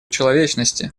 человечности